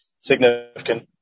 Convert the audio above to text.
significant